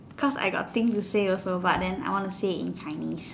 because I got things to say also but then I want to say it in Chinese